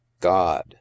God